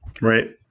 Right